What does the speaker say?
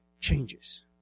changes